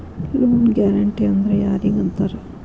Loan guarantee ಅಂದ್ರ್ ಯಾರಿಗ್ ಅಂತಾರ?